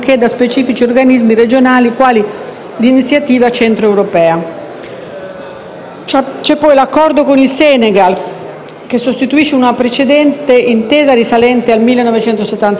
l'Iniziativa centro europea. L'Accordo con il Senegal sostituisce una precedente intesa risalente al 1974. Il nuovo Accordo